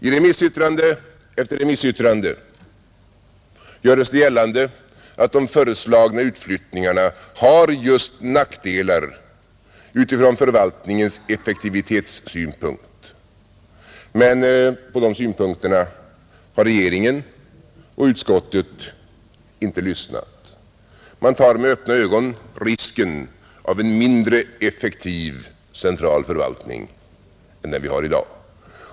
I remissyttrande efter remissyttrande göres det gällande att de föreslagna utflyttningarna har just nackdelar från förvaltningens effektivitetssynpunkt men på de synpunkterna har regeringen och utskottet inte lyssnat. Man tar med öppna ögon risken av en mindre effektiv central förvaltning än den vi har i dag.